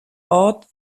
odd